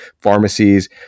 pharmacies